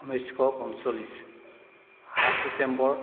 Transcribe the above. ঊনৈছশ পঞ্চলিছ সাত ডিচেম্বৰ